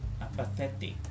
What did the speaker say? apathetic